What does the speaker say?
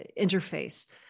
interface